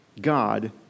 God